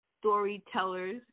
storytellers